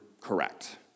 correct